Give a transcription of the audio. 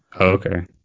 Okay